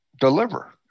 deliver